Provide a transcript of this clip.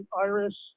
iris